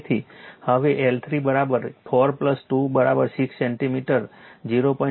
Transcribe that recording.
તેથી હવે L3 4 2 6 centimetre 0